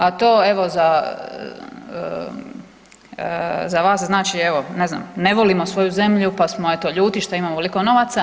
A to evo, za vas znači evo, ne znam, ne volimo svoju zemlju pa smo eto, ljuti što imamo ovoliko novaca.